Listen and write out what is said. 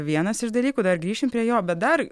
vienas iš dalykų dar grįšim prie jo bet dar